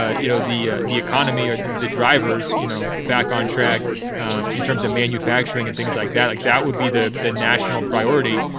ah you know, the ah the economy or the the drivers, you know, back on track in terms of manufacturing and things like that. like that would be the the national priority.